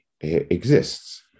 exists